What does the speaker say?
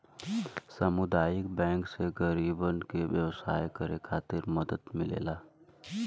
सामुदायिक बैंक से गरीबन के व्यवसाय करे खातिर मदद मिलेला